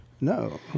No